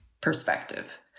perspective